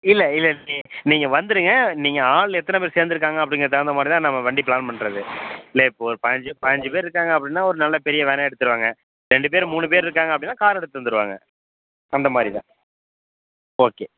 இல்லை இல்லை நீ நீங்கள் வந்துருங்க நீங்கள் ஆள் எத்தன பேர் சேர்ந்துருக்காங்க அப்படிங்கிற தகுந்த மாதிரி தான் நம்ம வண்டி ப்ளான் பண்ணுறது இல்லை இப்போது ஒரு பதினைஞ்சி பதினைஞ்சி பேர் இருக்காங்க அப்படின்னா ஒரு நல்ல பெரிய வேன்னே எடுத்துருவாங்க ரெண்டு பேர் மூணு பேர் இருக்காங்க அப்படின்னா கார் எடுத்துகிட்டு வந்துருவாங்க அந்த மாதிரி தான் ஓகே